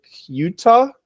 Utah